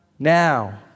Now